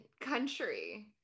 country